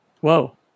Whoa